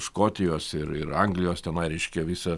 škotijos ir ir anglijos tenai reiškia visa